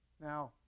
Now